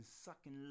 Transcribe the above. sucking